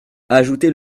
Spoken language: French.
ajoutez